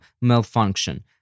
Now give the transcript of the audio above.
malfunction